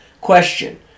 Question